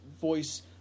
voice